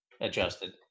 adjusted